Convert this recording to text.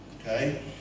Okay